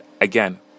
again